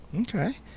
Okay